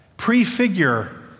prefigure